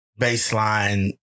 baseline